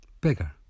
Bigger